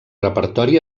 repertori